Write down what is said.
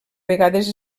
vegades